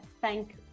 thank